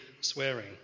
swearing